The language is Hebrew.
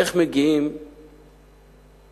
איך מגיעים לתל-אביב.